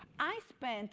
i spent